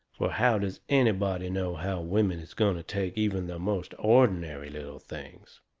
fur how does anybody know how women is going to take even the most ordinary little things?